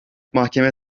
mahkeme